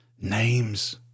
names